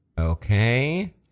Okay